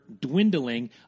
dwindling